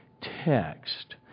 text